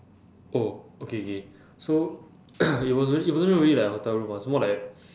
oh okay K so it wasn't it wasn't really like a hotel room ah it was more like